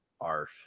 Arf